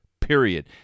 period